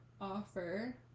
offer